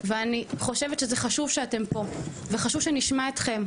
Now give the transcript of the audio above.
ואני חושבת שזה חשוב שאתם פה וחשוב שנשמע אתכם.